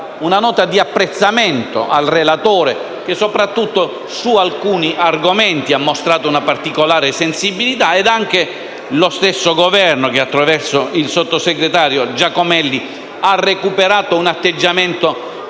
una nota di apprezzamento nei confronti del relatore, che soprattutto su alcuni argomenti ha mostrato una particolare sensibilità, e anche allo stesso Governo che, attraverso il sottosegretario Giacomelli, ha recuperato un atteggiamento permeabile,